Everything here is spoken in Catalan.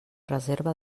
reserva